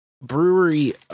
brewery